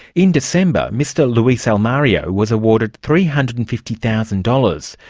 in december, mr luis almario was awarded three hundred and fifty thousand dollars.